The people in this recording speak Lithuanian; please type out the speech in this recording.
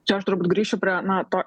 čia aš turbūt grįšiu prie na to